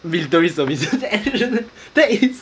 military service and that it